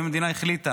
אם המדינה החליטה